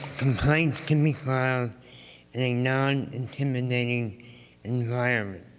i mean can be filed in a non-intimidating environment,